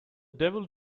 devil